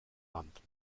london